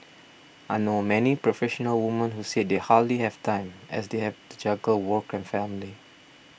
I know many professional women who say they hardly have time as they have to juggle work and family